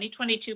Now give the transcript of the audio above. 2022